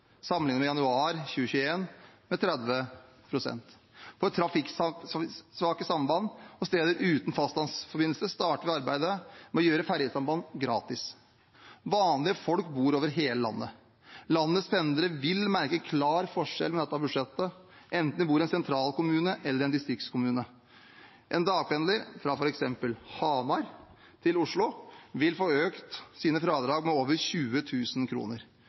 med 30 pst. sammenlignet med januar 2021. For trafikksvake samband og steder uten fastlandsforbindelse starter vi arbeidet med å gjøre ferjesamband gratis. Vanlige folk bor over hele landet. Landets pendlere vil merke en klar forskjell med dette budsjettet, enten de bor i en sentral kommune eller i en distriktskommune. En dagpendler fra f.eks. Hamar til Oslo vil få økt sine fradrag med over